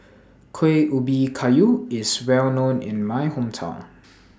Kueh Ubi Kayu IS Well known in My Hometown